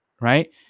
right